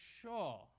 sure